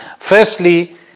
Firstly